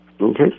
Okay